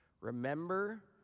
Remember